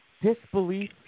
disbelief